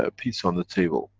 ah peace on the table